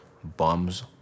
bums